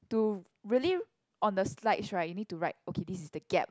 to really on the slides right you need to write okay this is the gap